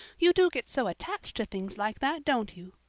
you do get so attached to things like that, don't you?